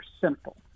simple